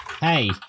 Hey